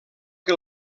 que